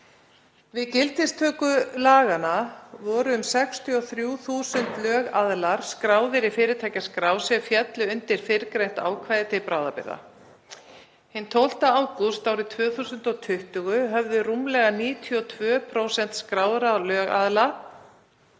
Við gildistöku laganna voru um 63.000 lögaðilar skráðir í fyrirtækjaskrá sem féllu undir fyrrgreint ákvæði til bráðabirgða. Hinn 12. ágúst árið 2020 höfðu rúmlega 92% skráðra lögaðila